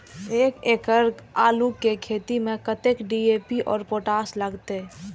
एक एकड़ आलू के खेत में कतेक डी.ए.पी और पोटाश लागते?